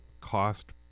cost